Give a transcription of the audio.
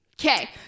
Okay